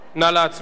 נא להצביע.